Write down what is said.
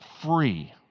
free